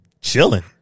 chilling